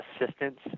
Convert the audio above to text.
assistance